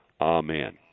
Amen